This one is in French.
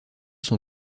son